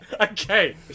Okay